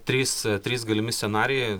trys trys galimi scenarijai